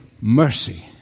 Mercy